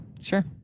sure